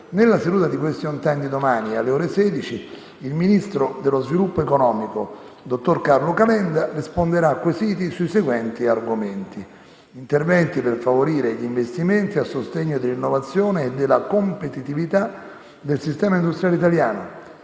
nella seduta di *question time* di domani alle ore 16, il ministro dello sviluppo economico, dottor Carlo Calenda, risponderà a quesiti sui seguenti argomenti: interventi per favorire gli investimenti a sostegno dell'innovazione e della competitività del sistema industriale italiano;